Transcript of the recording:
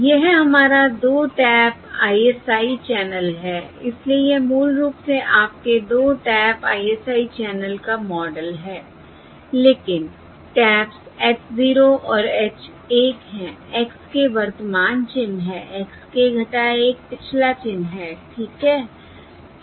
यह हमारा 2 tap ISI channel है इसलिए यह मूल रूप से आपके 2 टैप ISI चैनल का मॉडल है लेकिन टैप्स h 0 और h 1 हैं x k वर्तमान चिन्ह है x k - 1 पिछला चिन्ह है ठीक है